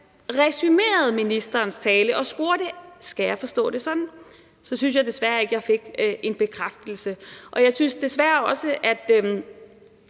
resumerede ministerens tale og spurgte: Skal jeg forstå det sådan? synes jeg desværre ikke jeg fik en bekræftelse. Jeg synes også, at